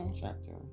Chapter